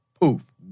poof